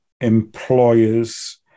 employers